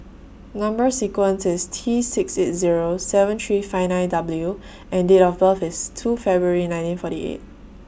Number sequence IS T six eight Zero seven three five nine W and Date of birth IS two February nineteen forty eight